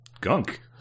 gunk